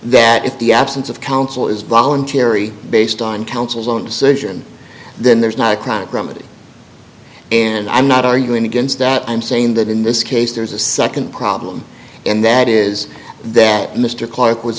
that if the absence of counsel is voluntary based on counsel's own decision then there's not a crime of gravity and i'm not arguing against that i'm saying that in this case there is a nd problem and that is that mr clarke was